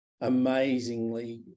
amazingly